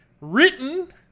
written